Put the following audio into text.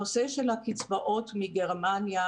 נושא הקצבאות מגרמניה,